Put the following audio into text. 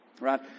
Right